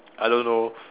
I don't know